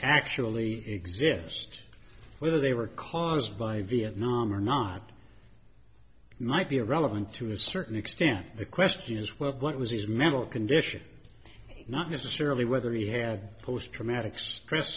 actually exist whether they were caused by vietnam or not might be relevant to a certain extent the question is well what was his mental condition not necessarily whether he had post traumatic stress